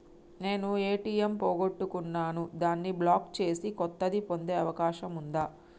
నేను ఏ.టి.ఎం పోగొట్టుకున్నాను దాన్ని బ్లాక్ చేసి కొత్తది పొందే అవకాశం ఉందా?